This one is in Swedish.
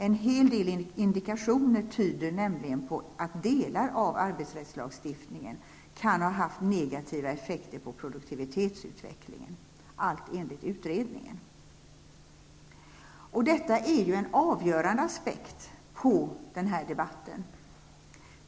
En hel del indikationer tyder nämligen på att delar av arbetsrättslagstiftningen kan ha haft negativa effekter på produktivitetsutvecklingen -- allt enligt utredningen. Detta är en avgörande aspekt på den här debatten.